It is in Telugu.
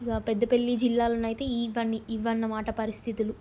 ఇక పెద్దపెల్లి జిల్లాలోనైతే ఇవన్ని ఇవన్నమాట పరిస్థితులు